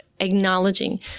acknowledging